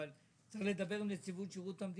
אבל צריך לדבר עם נציבות שירות המדינה.